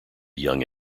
young